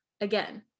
Again